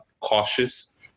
cautious